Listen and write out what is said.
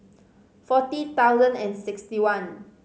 forty thousand and sixty one